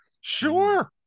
sure